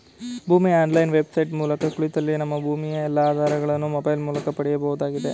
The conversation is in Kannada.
ಭೂಮಿ ಆನ್ಲೈನ್ ವೆಬ್ಸೈಟ್ ಮೂಲಕ ಕುಳಿತಲ್ಲಿಯೇ ನಮ್ಮ ಭೂಮಿಯ ಎಲ್ಲಾ ಆಧಾರಗಳನ್ನು ಮೊಬೈಲ್ ಮೂಲಕ ಪಡೆಯಬಹುದಾಗಿದೆ